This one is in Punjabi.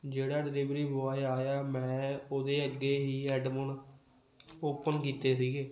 ਜਿਹੜਾ ਡਿਲੀਵਰੀ ਬੋਆਏ ਆਇਆ ਮੈਂ ਉਹਦੇ ਅੱਗੇ ਹੀ ਹੈਡਫੋਨ ਓਪਨ ਕੀਤੇ ਸੀਗੇ